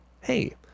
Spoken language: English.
Hey